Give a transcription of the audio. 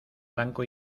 blanco